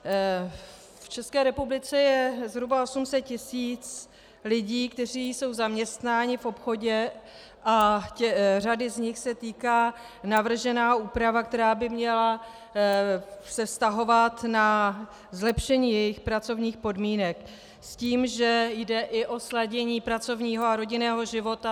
V České republice je zhruba 800 tisíc lidí, kteří jsou zaměstnáni v obchodě, a řady z nich se týká navržená úprava, která by se měla vztahovat na zlepšení jejich pracovních podmínek s tím, že jde i o sladění pracovního a rodinného života.